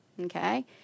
Okay